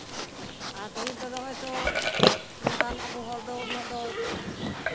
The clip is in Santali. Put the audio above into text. ᱟᱨ ᱯᱟᱹᱦᱤᱞ ᱫᱚ ᱦᱚᱭᱛᱚ ᱱᱚᱝᱠᱟᱱ ᱟᱵᱚ ᱦᱚᱲ ᱫᱚ ᱩᱱᱟᱹᱜ ᱫᱚ